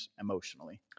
emotionally